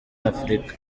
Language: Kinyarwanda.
africa